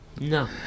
No